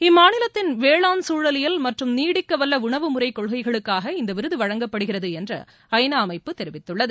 இம்மாநிலத்தின் வேளாண் சூழலியல் மற்றும் நீடிக்கவல்ல உணவு முறை கொள்கைகளுக்காக இந்த விருது வழங்கப்படுகிறது என்று ஐநா அமைப்பு தெரிவித்துள்ளது